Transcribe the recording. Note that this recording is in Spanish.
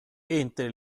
entre